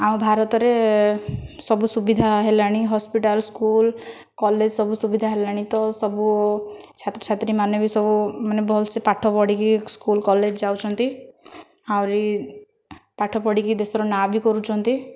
ଆମ ଭାରତରେ ସବୁ ସୁବିଧା ହେଲାଣି ହସ୍ପିଟାଲ ସ୍କୁଲ୍ କଲେଜ ସବୁ ସୁବିଧା ହେଲାଣି ତ ସବୁ ଛାତ୍ରଛାତ୍ରୀମାନେ ବି ସବୁ ମାନେ ଭଲସେ ପାଠ ପଢ଼ିକି ସ୍କୁଲ୍ କଲେଜ ଯାଉଛନ୍ତି ଆହୁରି ପାଠ ପଢ଼ିକି ଦେଶର ନାଁ ବି କରୁଛନ୍ତି